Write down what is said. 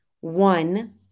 One